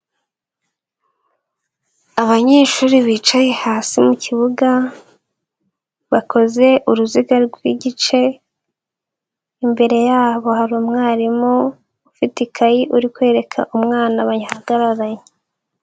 Abanyeshuri bicaye hasi mu kibuga bakoze uruziga rw'igice, imbere yabo hari umwarimu ufite ikayi uri kwereka umwana bahagararanye.